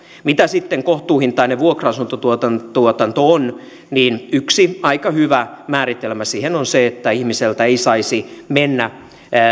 mitä sitten kohtuuhintainen vuokra asuntotuotanto on niin yksi aika hyvä määritelmä siihen on se että ihmiseltä ei saisi mennä